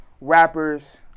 rappers